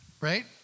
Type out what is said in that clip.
right